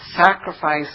sacrifice